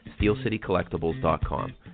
steelcitycollectibles.com